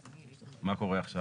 מה קורה עכשיו?